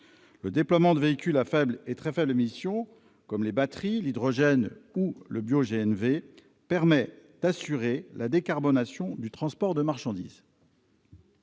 Le déploiement de véhicules à faibles et très faibles émissions, fonctionnant à l'électricité, à l'hydrogène ou au bio GNV, permet d'assurer la décarbonation du transport de marchandises.